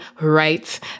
right